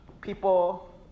people